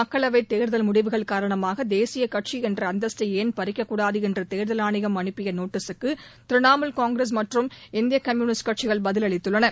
மக்களவைத் தேர்தல் முடிவுகள் காரணமாக தேசிய கட்சி என்ற அந்தஸ்தை ஏன் பறிக்கக்கூடாது என்று தேர்தல் ஆணையம் அனுப்பிய நோட்டீகக்கு திரிணாமூல் காங்கிரஸ் மற்றும் இந்திய கம்யூனிஸ்ட் கட்சிகள் பதில் அளித்துள்ளன